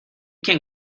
can